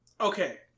Okay